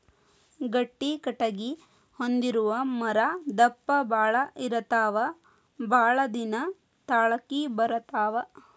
ಗಟ್ಟಿ ಕಟಗಿ ಹೊಂದಿರು ಮರಾ ದಪ್ಪ ಬಾಳ ಇರತಾವ ಬಾಳದಿನಾ ತಾಳಕಿ ಬರತಾವ